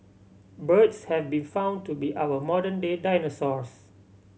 birds have been found to be our modern day dinosaurs